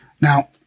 Now